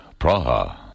Praha